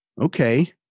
Okay